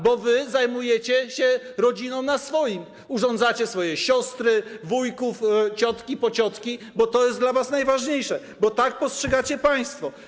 Banaś... ...bo wy zajmujecie się rodziną na swoim: urządzacie swoje siostry, wujków, ciotki, pociotki, bo to jest dla was najważniejsze, bo tak postrzegacie państwo.